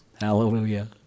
Hallelujah